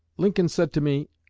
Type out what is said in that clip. lincoln said to me,